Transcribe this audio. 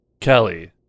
Kelly